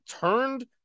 turned